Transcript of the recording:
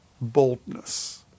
boldness